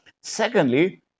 Secondly